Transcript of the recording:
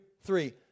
three